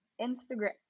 Instagram